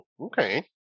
okay